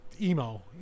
emo